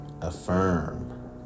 Affirm